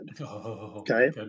okay